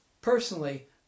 Personally